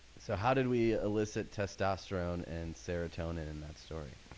so how did we elicit testosterone and serotonin in that story?